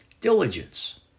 diligence